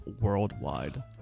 worldwide